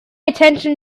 attention